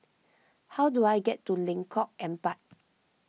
how do I get to Lengkok Empat